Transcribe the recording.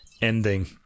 ending